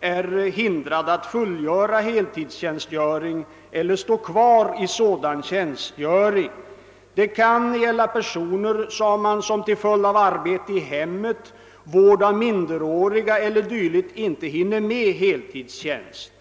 är hindrade att fullgöra heltidstjänstgöring eller att stå kvar i sådan tjänstgöring. Det kan gälla personer som till följd av arbete i hemmet, vård av minderåriga e.d. inte hinner med heltidstjänst.